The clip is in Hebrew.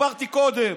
שסיפרתי קודם.